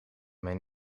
mijn